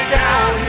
down